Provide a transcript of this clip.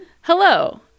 hello